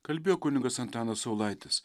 kalbėjo kunigas antanas saulaitis